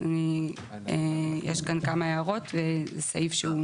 זה הסכמה?